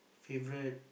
favorite